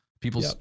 People